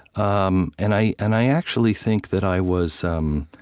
um and i and i actually think that i was um